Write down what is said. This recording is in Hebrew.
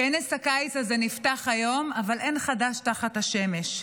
כנס הקיץ הזה נפתח היום, אבל אין חדש תחת השמש.